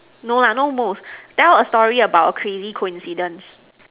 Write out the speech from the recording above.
no lah no most tell a story about a crazy coincidence